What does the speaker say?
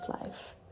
life